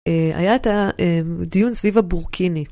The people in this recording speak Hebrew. היה את הדיון סביב הבורקיני.